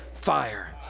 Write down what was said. Fire